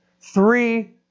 Three